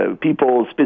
people